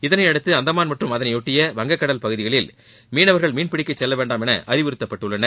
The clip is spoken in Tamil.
இதனையடுத்து அந்தமான் மற்றம் அதனைபொட்டிய வங்கக் கடல் பகுதிகளில் மீனவர்கள் மீன்பிடிக்க செல்ல வேண்டாம் என்று அறிவுறுத்தப்பட்டுள்ளனர்